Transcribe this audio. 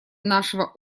нашего